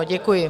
Děkuji.